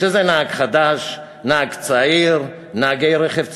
שזה נהג חדש, נהג צעיר, נהגי רכב ציבורי,